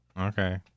Okay